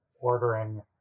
ordering